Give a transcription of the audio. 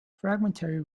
fragmentary